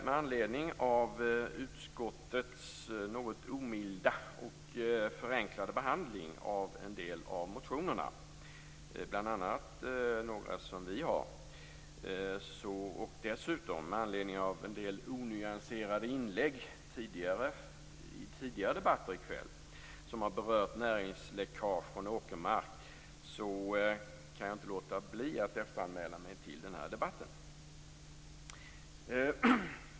Med anledning av utskottets något omilda och förenklade behandling av en del av motionerna, bl.a. några från oss, och dessutom med anledning av en del onyanserade inlägg i tidigare debatter i kväll om näringsläckage från åkermark kan jag inte låta bli att efteranmäla mig till debatten.